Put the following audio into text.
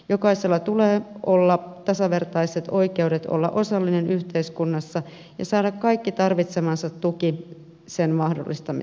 jokaisella tulee olla tasavertaiset oikeudet olla osallinen yhteiskunnassa ja saada kaikki tarvitsemansa tuki sen mahdollistamiseksi